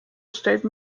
state